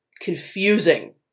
confusing